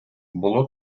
було